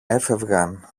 έφευγαν